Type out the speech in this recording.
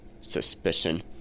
suspicion